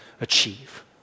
achieve